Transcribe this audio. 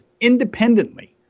independently